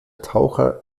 taucher